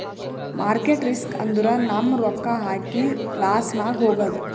market risk ಅಂದುರ್ ನಮ್ ರೊಕ್ಕಾ ಹಾಕಿ ಲಾಸ್ನಾಗ್ ಹೋಗದ್